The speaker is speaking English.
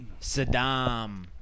Saddam